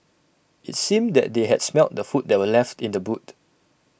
IT seemed that they had smelt the food that were left in the boot